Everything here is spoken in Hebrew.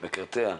מקרטע,